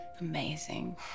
amazing